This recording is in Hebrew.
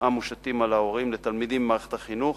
המושתים על ההורים לתלמידים במערכת החינוך.